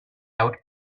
out